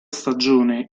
stagione